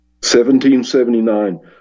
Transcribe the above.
1779